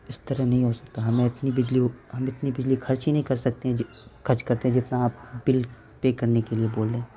اس طرح نہیں ہو سکتا ہمیں اپنی بجلی ہم اتنی بجلی خرچ ہی نہیں کر سکتے ہیں خرچ کرتے ہیں جتنا آپ بل پے کرنے کے لیے بول رہے ہیں